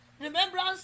remembrance